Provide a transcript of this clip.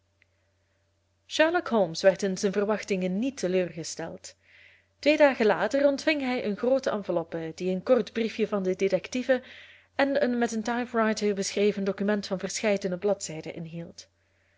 sherlock holmes werd in zijn verwachtingen niet teleurgesteld twee dagen later ontving hij een groote enveloppe die een kort briefje van den detective en een met een type writer beschreven document van verscheidene bladzijden inhield